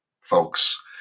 folks